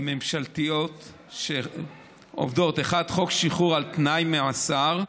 ממשלתיות שעובדות: אחת, חוק שחרור על תנאי ממאסר.